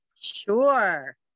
sure